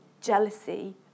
jealousy